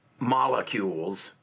molecules